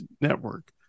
network